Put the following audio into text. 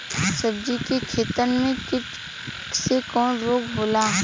सब्जी के खेतन में कीट से कवन रोग होला?